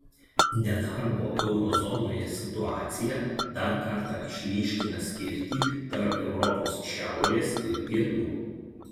nedarbo euro zonoje situacija dar kartą išryškina skirtį tarp europos šiaurės ir pietų